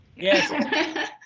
Yes